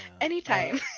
Anytime